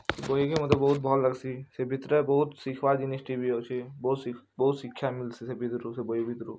ବହିକେ ମତେ ବହୁତ୍ ଭଲ୍ ଲାଗ୍ସି ସେ ଭିତ୍ରେ ବହୁତ୍ ଶିଖ୍ବାର୍ ଜିନିଷ୍ଟେ ବି ଅଛେ ବହୁତ୍ ଶିକ୍ଷା ମିଲ୍ସି ସେ ଭିତ୍ରୁ ସେ ବହି ଭିତ୍ରୁ